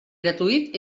gratuït